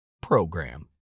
PROGRAM